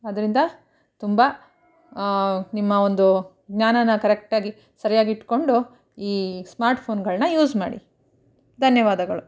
ಅದರಿಂದ ತುಂಬ ನಿಮ್ಮ ಒಂದು ಜ್ಞಾನನ ಕರೆಕ್ಟಾಗಿ ಸರಿಯಾಗಿ ಇಟ್ಕೊಂಡು ಈ ಸ್ಮಾರ್ಟ್ಫೋನ್ಗಳನ್ನ ಯೂಸ್ ಮಾಡಿ ಧನ್ಯವಾದಗಳು